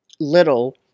little